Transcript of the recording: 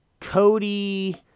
Cody